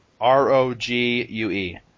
R-O-G-U-E